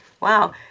Wow